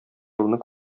юлны